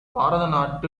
பாரத